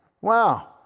Wow